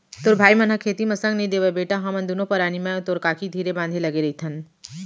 तोर भाई मन ह खेती म संग नइ देवयँ बेटा हमन दुनों परानी मैं अउ तोर काकी धीरे बांधे लगे रइथन